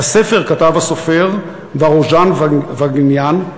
את הספר כתב הסופר ורוז'אן ווסגניאן,